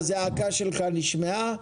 אלון, הזעקה שלך נשמעה.